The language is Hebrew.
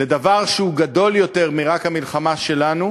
לדבר שהוא גדול יותר מרק המלחמה שלנו,